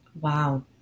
Wow